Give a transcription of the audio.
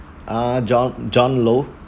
ah john john low